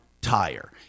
tire